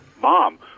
Mom